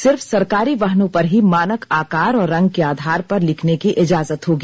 सिर्फ सरकारी वाहनों पर ही मानक आकार और रंग के आधार पर लिखने की इजाजत होगी